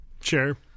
Sure